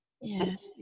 Yes